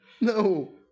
No